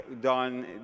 done